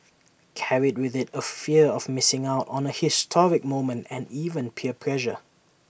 carried with IT A fear of missing out on A historic moment and even peer pressure